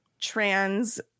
trans